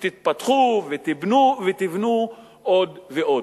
שתתפתחו ותבנו עוד ועוד.